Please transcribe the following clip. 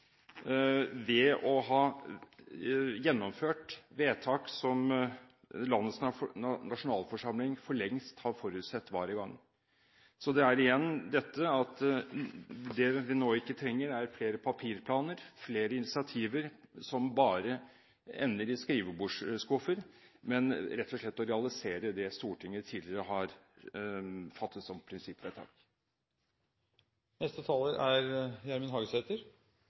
ved å ha gjennomført vedtak som landets nasjonalforsamling for lengst har forutsatt var i gang. Det vi nå ikke trenger, er flere papirplaner og flere initiativer som bare ender i skrivebordsskuffer, men vi trenger rett og slett å realisere det Stortinget tidligere har fattet som prinsippvedtak. No har jo både saksordføraren og Michael Tetzschner frå Høgre greidd å lure seg føre Framstegspartiet, så då er